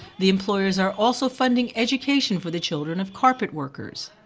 the employers are also funding education for the children of carpet workers.